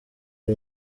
ari